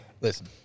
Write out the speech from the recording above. Listen